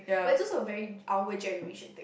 but it's also very our generation thing